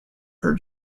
her